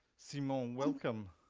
simon, welcome.